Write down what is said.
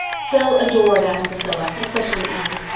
phil adored anne and priscilla, especially anne.